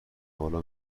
بالا